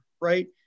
right